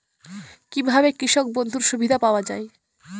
কি ভাবে কৃষক বন্ধুর সুবিধা পাওয়া য়ায়?